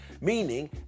meaning